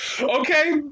Okay